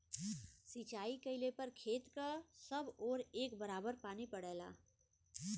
सिंचाई कइले पर खेत क सब ओर एक बराबर पानी पड़ेला